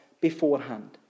beforehand